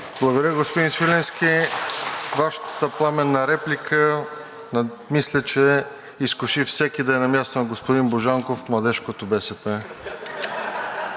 Благодаря, господин Свиленски – Вашата пламенна реплика, мисля, че изкуши всеки да е на мястото на господин Божанков в Младежкото БСП.